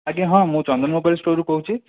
ଆଜ୍ଞା ହଁ ମୁଁ ଚନ୍ଦନ ମୋବାଇଲ୍ ଷ୍ଟୋରରୁ କହୁଛି